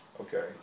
Okay